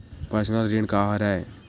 Personal ऋण का हरय?